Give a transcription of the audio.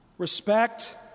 Respect